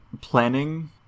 planning